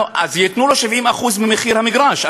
אז ייתנו לו 70% ממחיר המגרש.